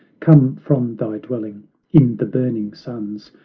come from thy dwelling in the burning suns,